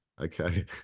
Okay